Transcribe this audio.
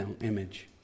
image